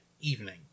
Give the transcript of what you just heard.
evening